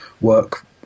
work